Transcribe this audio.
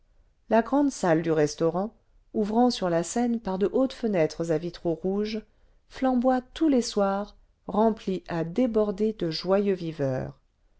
la grande salle du restaurant ouvrant sur la seine par de hautes fenêtres à vitraux rouges flamboie tous les soirs remplie à déborder de joyeux viveurs